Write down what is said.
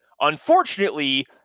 Unfortunately